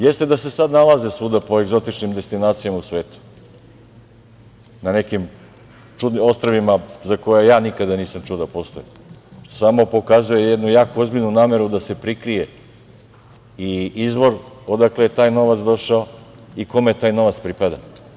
Jeste da se sada nalaze svuda po egzotičnim destinacijama u svetu, na nekim ostrvima za koje ja nikada nisam čuo da postoje, samo pokazuje jednu jako ozbiljnu nameru da se prikrije i izvor odakle je taj novac došao i kome taj novac pripada.